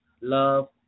love